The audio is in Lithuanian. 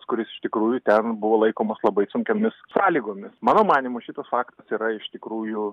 kuris iš tikrųjų ten buvo laikomas labai sunkiomis sąlygomis mano manymu šitas faktas yra iš tikrųjų